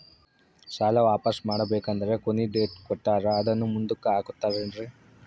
ಸಾಲ ವಾಪಾಸ್ಸು ಮಾಡಬೇಕಂದರೆ ಕೊನಿ ಡೇಟ್ ಕೊಟ್ಟಾರ ಅದನ್ನು ಮುಂದುಕ್ಕ ಹಾಕುತ್ತಾರೇನ್ರಿ?